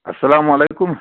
اَسَلام علیکُم